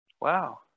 Wow